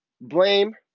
Blame